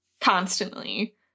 constantly